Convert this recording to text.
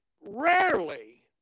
rarely